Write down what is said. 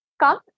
Come